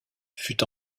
fut